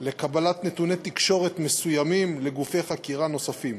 לקבלת נתוני תקשורת מסוימים לגופי חקירה נוספים.